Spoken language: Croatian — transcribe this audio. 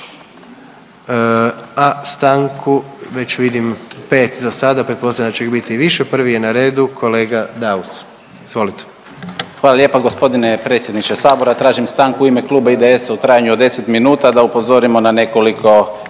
a stanku već vidim 5 za sada, pretpostavljam da će ih biti više. Prvi je na redu kolega Daus, izvolite. **Daus, Emil (IDS)** Hvala lijepa gospodine predsjedniče sabora. Tražim stanku u ime Kluba IDS-a u trajanju od 10 minuta da upozorimo na nekoliko